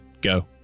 Go